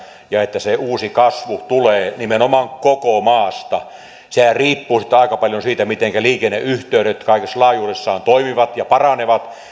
ja että se uusi kasvu tulee nimenomaan koko maasta siellä on monia monia kasvumoottoreita sehän riippuu sitten aika paljon siitä mitenkä liikenneyhteydet kaikessa laajuudessaan toimivat ja paranevat ja